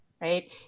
Right